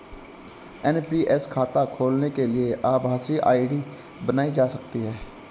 NPS खाता खोलने के लिए आभासी आई.डी बनाई जा सकती है